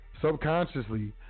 Subconsciously